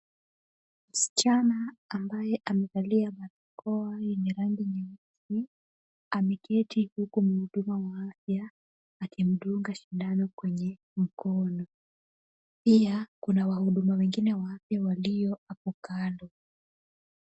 Msichana ambaye amevalia barakoa yenye rangi nyeusi ameketi huku mhuduma wa afya akimdunga shindano kwenye mkono. Pia kuna wahudumu wengine wa afya walio hapo kando.